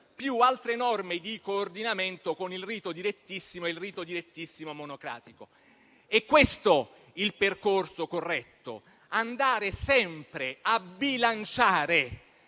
più altre norme di coordinamento con il rito direttissimo e il rito direttissimo monocratico. È questo il percorso corretto: andare sempre a bilanciare